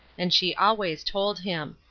and she always told him.